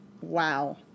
Wow